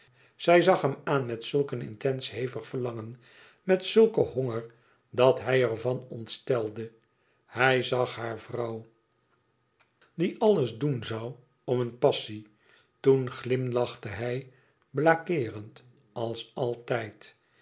zij zag hem aan met zulk een intens hevig verlangen met zulken honger dat hij er van ontstelde hij zag haar vrouw die alles doen zoû om een passie toen glimlachte hij blagueerend als altijd